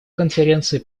конференции